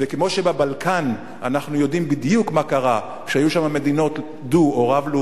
כמו שבבלקן אנחנו יודעים בדיוק מה קרה כשהיו שם מדינות דו-לאומיות